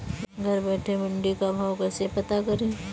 घर बैठे मंडी का भाव कैसे पता करें?